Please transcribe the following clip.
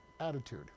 attitude